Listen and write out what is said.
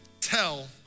Tell